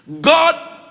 God